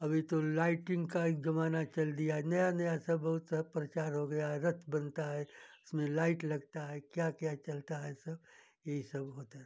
अभी तो लाइटिंग का एक जमाना चल दिया है नया नया सब बहुत प्र प्रचार हो गया है रथ बनता है इसमें लाइट लगता है क्या क्या चलता है सब यही सब होता है